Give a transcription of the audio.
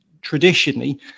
traditionally